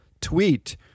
tweet